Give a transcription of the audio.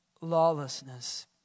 lawlessness